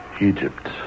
Egypt